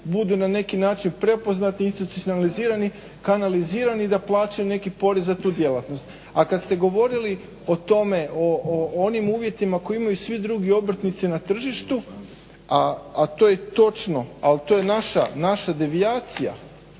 budu na neki način prepoznati institucionalizirani, kanalizirani i da plaćaju neki porez za tu djelatnost. A kad ste govorili o onim uvjetima koje imaju svi drugi obrtnici na tržištu, a to je točno ali to naša devijacija,